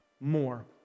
more